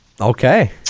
Okay